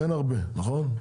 אין הרבה, נכון?